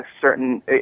certain